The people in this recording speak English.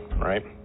right